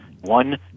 one